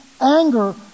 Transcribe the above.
anger